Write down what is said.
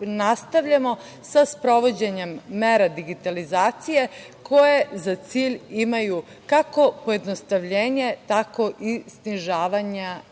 nastavljamo sa sprovođenjem mera digitalizacije koje za cilj imaju kako pojednostavljenje, tako i